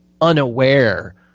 unaware